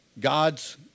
God's